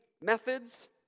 methods